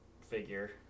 figure